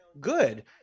good